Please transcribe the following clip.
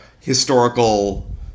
historical